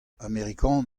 amerikan